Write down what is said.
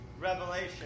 revelation